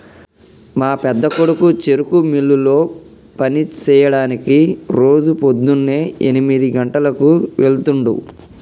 మా పెద్దకొడుకు చెరుకు మిల్లులో పని సెయ్యడానికి రోజు పోద్దున్నే ఎనిమిది గంటలకు వెళ్తుండు